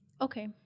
okay